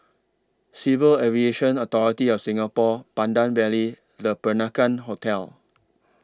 Civil Aviation Authority of Singapore Pandan Valley Le Peranakan Hotel